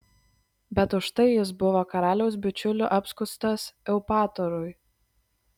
bet už tai jis buvo karaliaus bičiulių apskųstas eupatorui